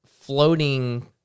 floating